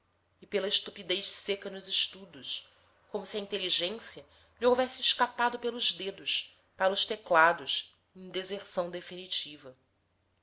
e pela estupidez seca nos estudos como se a inteligência lhe houvesse escapado pelos dedos para os teclados em deserção definitiva